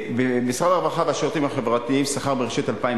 משרד הרווחה והשירותים החברתיים שכר בראשית 2009